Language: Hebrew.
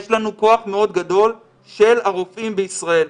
יש לנו כוח מאוד גדול של הרופאים בישראל.